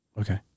Okay